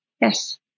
yes